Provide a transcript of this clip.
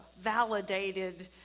validated